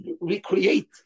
recreate